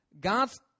God's